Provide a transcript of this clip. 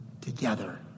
together